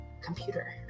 Computer